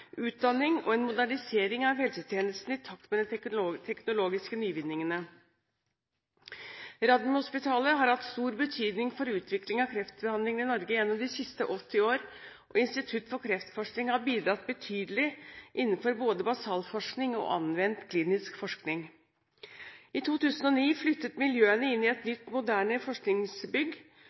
utdanning og en modernisering av helsetjenesten i takt med de teknologiske nyvinningene. Radiumhospitalet har hatt stor betydning for utvikling av kreftbehandling i Norge gjennom de siste 80 år, og Institutt for kreftforskning har bidratt betydelig innenfor både basalforskning og anvendt klinisk forskning. I 2009 flyttet miljøene inn i et nytt og moderne forskningsbygg.